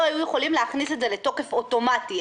היו יכולים להכניס את זה לתוקף אוטומטי,